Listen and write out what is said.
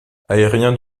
aérien